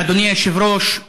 אדוני היושב-ראש,